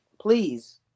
please